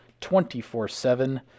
24-7